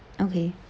okay